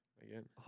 again